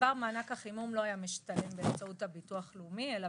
בעבר מענק החימום לא היה משתלם באמצעות הביטוח לאומי אלא